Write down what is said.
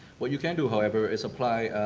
what you can do, however, is applied